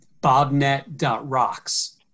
bobnet.rocks